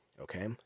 okay